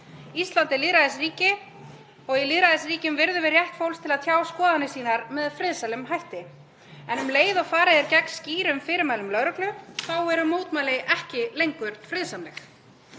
„Ísland er lýðræðisríki og í lýðræðisríkjum virðum við rétt fólks til að tjá skoðanir sínar með friðsælum hætti. En um leið og farið er gegn skýrum fyrirmælum lögreglu þá eru mótmæli ekki lengur friðsamleg.“